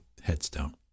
headstone